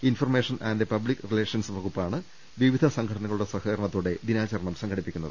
ഇൻഫർമേ ഷൻ and public relations വകുപ്പാണ് വിവിധ സംഘടനകളുടെ സഹ കരണത്തോടെ ദിനാചരണം സംഘടിപ്പിക്കുന്നത്